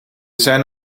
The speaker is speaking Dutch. zijn